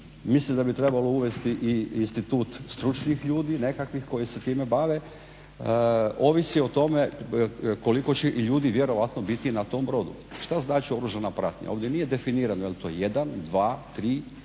mislim da bi trebalo uvesti i institut stručnih ljudi nekakvih koji se time bave, ovisi o tome koliko će ljudi vjerojatno biti na tom brodu. Što znači oružana pratnja? Ovdje nije definirano jel to jedan, dva, tri,